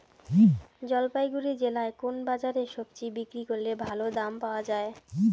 জলপাইগুড়ি জেলায় কোন বাজারে সবজি বিক্রি করলে ভালো দাম পাওয়া যায়?